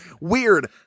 weird